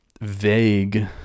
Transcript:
vague